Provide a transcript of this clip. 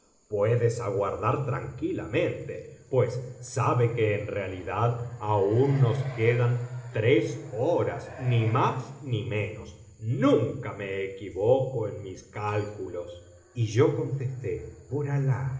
puedes aguardar tranquilamente pues sabe que en realidad aún nos que biblioteca valenciana generalitat valenciana histoeia del jorobado dan trea horas ni más ni menos nunca me equivoco en mis cálculos y yo contestó por alah